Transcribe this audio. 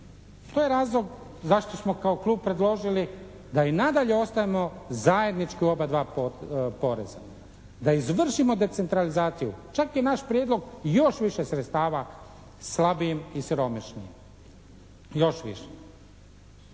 To je razlog zašto smo kao klub predložili da i nadalje ostanu zajednički oba dva poreza, da izvršimo decentralizaciju. Čak je naš prijedlog i još više sredstava slabijim i siromašnim. Još više.